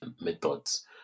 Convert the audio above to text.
methods